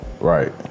Right